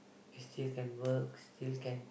it still can works still can